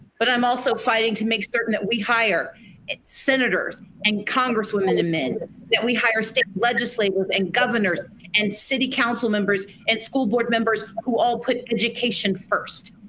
but i'm also fighting to make certain that we hire senators and congresswomen and men that we hire state legislators and governors and city council members and school board members who all put education first.